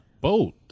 boat